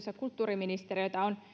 ja kulttuuriministeriötä on